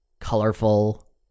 colorful